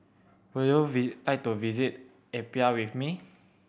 would you visit like to visit Apia with me